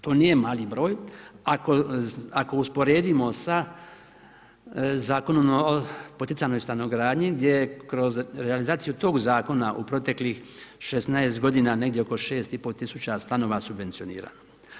To nije mali broj ako usporedimo sa Zakonom o poticajnoj stanogradnji gdje kroz realizaciju tog zakona u proteklih 16 godina, negdje oko 6500 subvencionirano.